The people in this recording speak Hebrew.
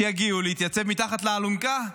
שיגיעו להתייצב מתחת לאלונקה.